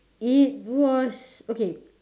it was okay